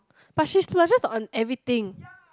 but she splurges on everything